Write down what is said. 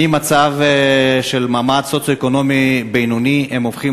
ממצב של מעמד סוציו-אקונומי בינוני הם הופכים